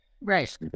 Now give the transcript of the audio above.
right